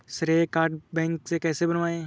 श्रेय card bank से कैसे बनवाएं?